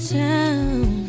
town